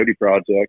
project